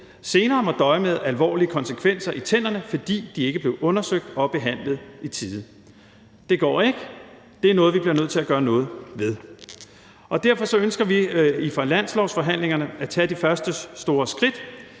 livet må døje med alvorlige konsekvenser i tænderne, fordi de ikke blev undersøgt og behandlet i tide. Det går ikke; det er noget, vi bliver nødt til at gøre noget ved. Derfor ønsker vi i finanslovsforhandlingerne at tage de første store skridt.